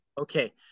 Okay